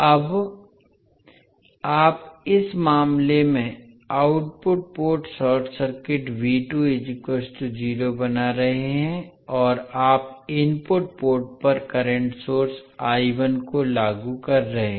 अब आप इस मामले में आउटपुट पोर्ट शॉर्ट सर्किट बना रहे हैं और आप इनपुट पोर्ट पर करंट सोर्स को लागू कर रहे हैं